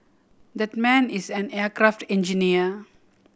that man is an aircraft engineer